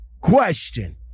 question